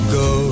go